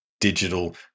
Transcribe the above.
digital